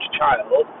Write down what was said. child